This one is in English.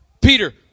Peter